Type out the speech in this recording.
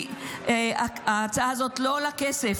כי ההצעה הזאת לא עולה כסף,